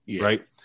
Right